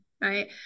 Right